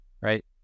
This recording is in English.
right